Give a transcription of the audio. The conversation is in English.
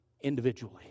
individually